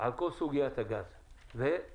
על כל סוגיית הגז ועל